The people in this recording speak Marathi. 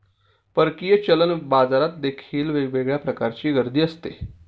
परकीय चलन बाजारात देखील वेगळ्या प्रकारची गर्दी असते